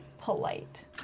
Polite